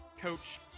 coach